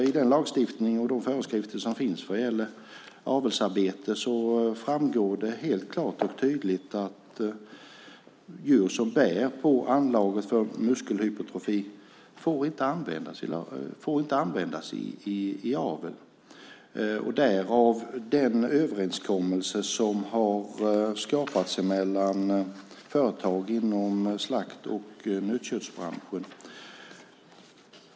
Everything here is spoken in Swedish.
I den lagstiftning och de föreskrifter som finns vad gäller avelsarbete framgår det helt klart och tydligt att djur som bär på anlaget för muskelhypotrofi inte får användas i avel, därav den överenskommelse som har skapats mellan företag inom slakt och nötköttsbranschen.